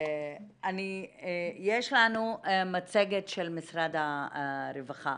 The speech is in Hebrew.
יש לנו מצגת של משרד הרווחה.